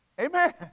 Amen